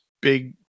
big